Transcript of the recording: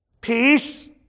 peace